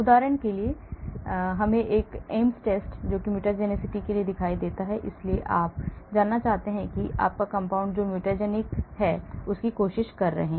उदाहरण के लिए मुझे एम्स टेस्ट mutagenicity दिखाई देती है इसलिए आप जानना चाहते हैं कि आपका कंपाउंड जो mutagenic की कोशिश कर रहे हैं